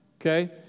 Okay